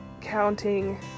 counting